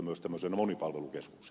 arvoisa puhemies